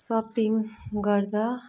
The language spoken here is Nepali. सपिङ गर्दा